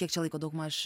kiek čia laiko daugmaž